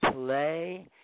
Play